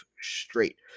straight